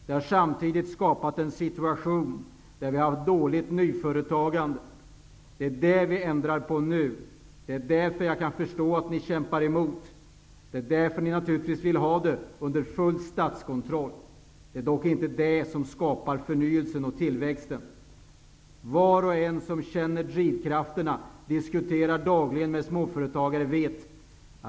Det har samtidigt skapat en situation där nyföretagandet är dåligt. Det är detta vi nu ändrar på. Jag kan därför förstå att ni kämpar emot. Ni vill naturligtvis ha verksamheten under full statskontroll. Det är dock inte detta som skapar förnyelsen och tillväxten. Var och en som diskuterar dagligen med småföretagare känner drivkrafterna.